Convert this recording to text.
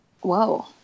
Whoa